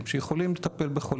שאני חושב שבסופו של יום,